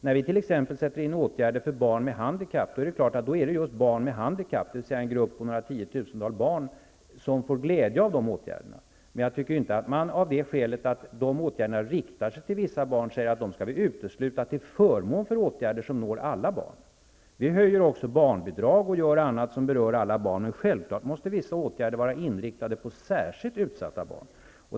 När vi t.ex. sätter in åtgärder för barn med handikapp är det klart att det är just barn med handikapp, dvs. en grupp på några tiotusental barn, som får glädje av de åtgärderna. Men jag tycker inte att vi av det skälet att dessa åtgärder riktar sig till vissa barn, skall säga att vi skall utesluta dem till förmån för åtgärder som når alla barn. Vi höjer också barnbidrag och gör annat som berör alla barn, men vissa åtgärder måste självfallet vara inriktade på särskilt utsatta barn.